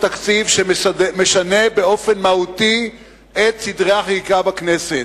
שמשנה באופן מהותי את סדרי החקיקה בכנסת.